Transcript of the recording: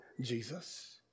Jesus